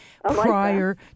prior